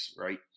right